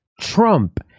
Trump